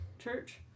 church